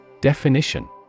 Definition